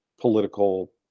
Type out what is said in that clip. political